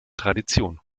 tradition